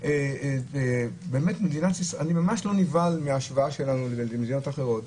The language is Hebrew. אני ממש לא נבהל מההשוואה שלנו למדינות אחרות.